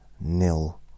nil